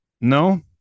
No